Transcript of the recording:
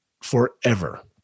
forever